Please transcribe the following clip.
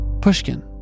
Pushkin